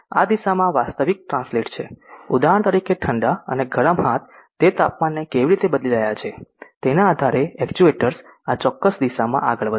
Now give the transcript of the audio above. આ દિશામાં વાસ્તવિક ટ્રાન્સલેટ છે ઉદાહરણ તરીકે ઠંડા અને ગરમ હાથ તે તાપમાનને કેવી રીતે બદલી રહ્યા છે તેના આધારે એક્ચ્યુએટર્સ આ ચોક્કસ દિશામાં આગળ વધશે